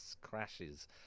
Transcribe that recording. crashes